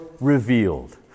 revealed